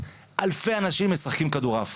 של הנערים והנערות שאנחנו שומעים אותם,